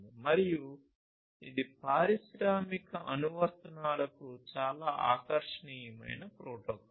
మరియు ఇది పారిశ్రామిక అనువర్తనాలకు చాలా ఆకర్షణీయమైన ప్రోటోకాల్